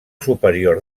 superior